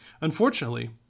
Unfortunately